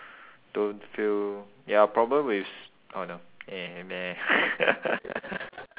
don't feel ya problems with s~ oh no eh meh